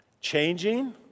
changing